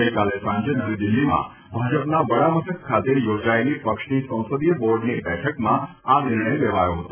ગઇકાલે સાંજે નવી દિલ્હીમાં ભાજપના વડા મથક ખાતે યોજાયેલી પક્ષની સંસદીય બોર્ડની બેઠકમાં આ નિર્ણય લેવાયો હતો